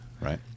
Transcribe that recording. right